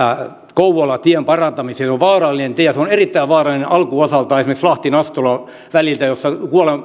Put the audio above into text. kouvola tien parantamiseen se on vaarallinen tie se on erittäin vaarallinen alkuosaltaan esimerkiksi lahti nastola välillä jossa